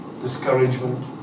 discouragement